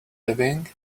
living